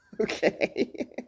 okay